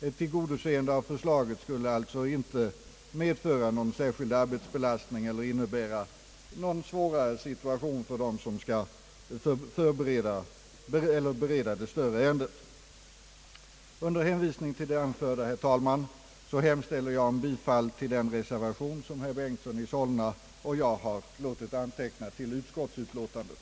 Ett tillgodoseende av förslaget skulle alltså inte medföra någon särskild arbetsbelastning eller innebära någon svårare situation för dem som skall bereda det större ärendet. Under hänvisning till det anförda, herr talman, hemställer jag om bifall till den reservation som herr Bengtson i Solna och jag har låtit anteckna till utskottsutlåtandet.